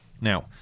Now